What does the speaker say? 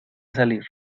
salir